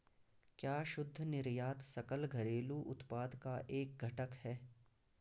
क्या शुद्ध निर्यात सकल घरेलू उत्पाद का एक घटक है?